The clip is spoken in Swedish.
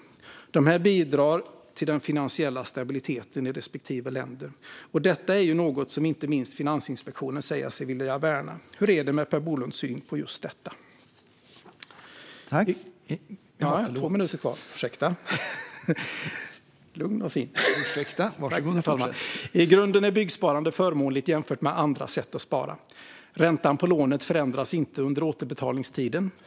De bidrar till den finansiella stabiliteten i respektive land. Detta är ju något som inte minst Finansinspektionen säger sig vilja värna. Hur är det med Per Bolunds syn på just detta? I grunden är byggsparande förmånligt jämfört med andra sätt att spara. Räntan på lånet förändras inte under återbetalningstiden.